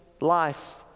life